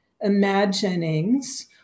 imaginings